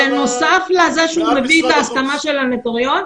בנוסף לזה שהוא מביא את ההסכמה של הנוטריון,